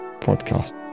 Podcast